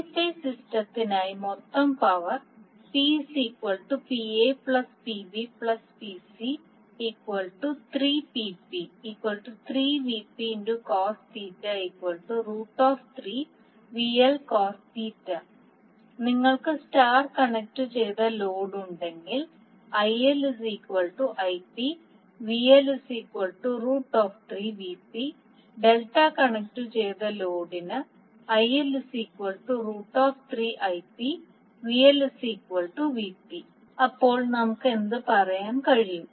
three phase സിസ്റ്റത്തിനായി മൊത്തം power നിങ്ങൾക്ക് സ്റ്റാർ കണക്റ്റുചെയ്ത ലോഡ് ഉണ്ടെങ്കിൽ ഡെൽറ്റ കണക്റ്റുചെയ്ത ലോഡിന് അപ്പോൾ നമുക്ക് എന്ത് പറയാൻ കഴിയും